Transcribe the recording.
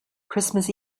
christmas